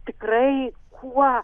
tikrai kuo